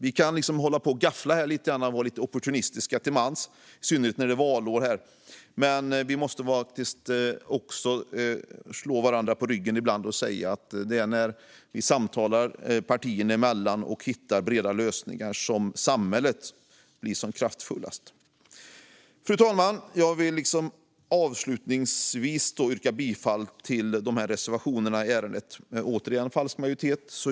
Vi kan hålla på och gaffla och vara lite opportunistiska till mans, i synnerhet nu när det är valår, men vi måste faktiskt också dunka varandra i ryggen ibland och säga att det är när vi samtalar partierna emellan och hittar breda lösningar som samhället blir som kraftfullast. Fru talman! Jag vill avslutningsvis yrka bifall till våra reservationer i ärendet, återigen med falsk majoritet.